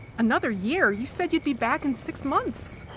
another year? you said you'd be back in six months!